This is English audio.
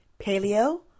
Paleo